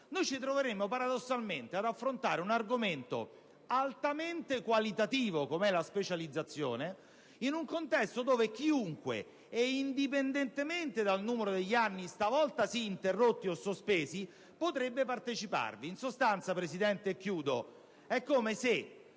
ci troveremmo paradossalmente ad affrontare un argomento altamente qualitativo come è la specializzazione in un contesto in cui chiunque e indipendentemente dal numero degli anni, stavolta sì interrotti o sospesi, potrebbe parteciparvi. In sostanza, signora Presidente, e